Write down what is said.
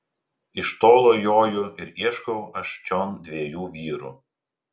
iš tolo joju ir ieškau aš čion dviejų vyrų